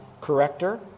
corrector